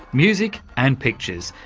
music and pictures,